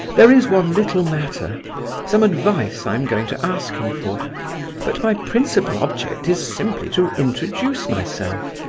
there is one little matter some advice i am going to ask him for but my principal object is simply to introduce myself,